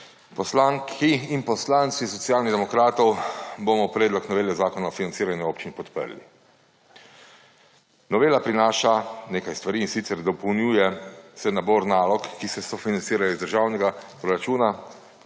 Poslanki in poslanci Socialnih demokratov bomo predlog novele Zakona o financiranju občin podprli. novela prinaša nekaj stvari in sicer dopolnjuje se nabor nalog, ki se sofinancirajo iz državnega proračuna,